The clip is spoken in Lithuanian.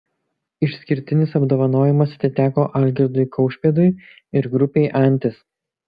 išskirtinis apdovanojimas atiteko algirdui kaušpėdui ir grupei antis